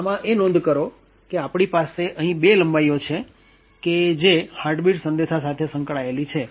આમાં એ નોંધ કરો કે આપણી પાસે અહીં બે લંબાઈઓ છે કે જે હાર્ટ બીટ સંદેશા સાથે સંકળાયેલી છે